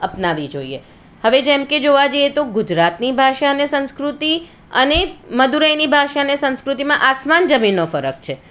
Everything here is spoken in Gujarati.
અપનાવી જોઈએ હવે જેમ કે જોવા જઈએ તો ગુજરાતની ભાષા અને સંસ્કૃતિ અને મદુરાઈની ભાષા અને સંકૃતિમાં આસમાન જમીનનો ફરક છે